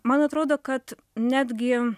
man atrodo kad netgi